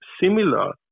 similar